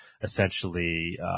essentially